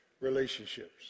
Relationships